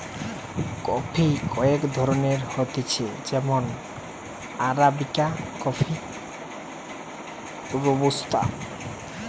coffee কয়েক ধরণের হতিছে যেমন আরাবিকা কফি, রোবুস্তা